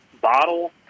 bottle